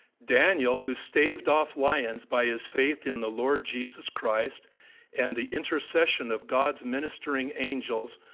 daniel, who staved off lions by his faith in the lord jesus christ and the intercession of god's ministering angels,